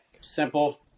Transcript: simple